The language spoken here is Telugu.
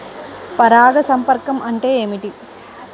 పరాగ సంపర్కం అంటే ఏమిటి?